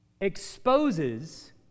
exposes